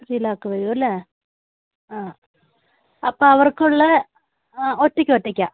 three lakh വരുമല്ലേ ആ അപ്പോള് അവർക്കുള്ള ഒറ്റയ്ക്കൊറ്റയ്ക്കാണ്